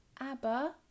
Abba